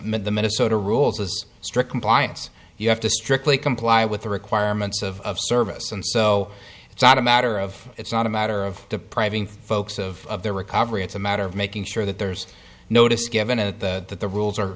met the minnesota rules as strict compliance you have to strictly comply with the requirements of service and so it's not a matter of it's not a matter of depriving folks of their recovery it's a matter of making sure that there's notice given to that the rules are